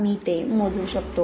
मी ते मोजू शकतो